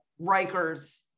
rikers